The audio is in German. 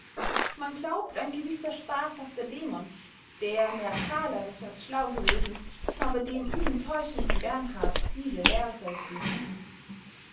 man glaubt ein gewisser spaßhafter dämon der mehr prahlerisch als schlau gewesen habe dem ihn teuschenden bernhard diese verse gewiesen